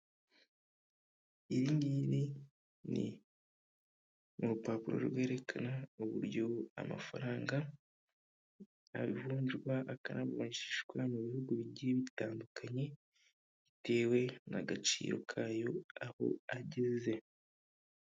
Ibi ngibi ni urupapuro rwerekana uburyo amafaranga avunjwa akanavunjishwa mu bihugu bigiye bitandukanye, bitewe n'agaciro kayo aho ageze.